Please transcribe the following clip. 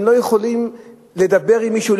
הם לא יכולים לדבר עם מישהו,